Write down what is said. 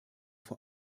vor